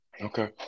Okay